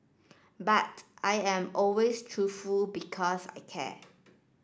but I am always truthful because I care